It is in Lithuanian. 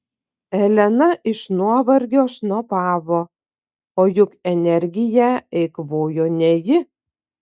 elena iš nuovargio šnopavo o juk energiją eikvojo ne ji